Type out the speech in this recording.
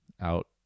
out